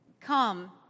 come